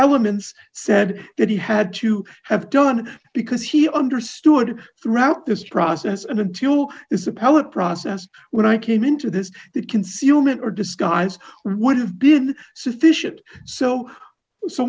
elements said that he had to have done because he understood throughout this process and until this appellate process when i came into this that concealment or disguise would have been sufficient so so